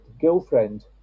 girlfriend